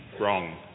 wrong